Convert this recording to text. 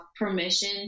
permission